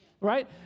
right